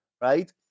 right